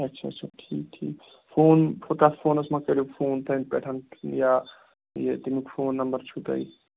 اچھا اچھا ٹھیٖک ٹھیٖک فون تتھ فونَس مہَ کَریو فون تنہٕ پیٚٹھ یا تمیُکۍ فون نمبر چھُوٕ تۄہہِ